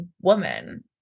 woman